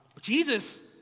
Jesus